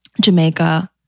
Jamaica